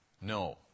no